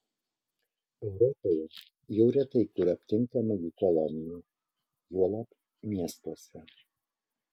europoje jau retai kur aptinkama jų kolonijų juolab miestuose